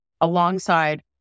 alongside